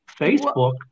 Facebook